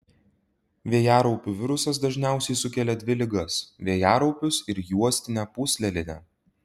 vėjaraupių virusas dažniausiai sukelia dvi ligas vėjaraupius ir juostinę pūslelinę